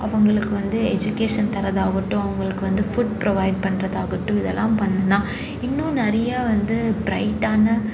அவங்களுக்கு வந்து எஜுகேஷன் தரதாகட்டும் அவங்களுக்கு வந்து ஃபுட் ப்ரோவைட் பண்ணுறதாகட்டும் இதெல்லாம் பண்ணுனா இன்னும் நிறையா வந்து பிரைட்டான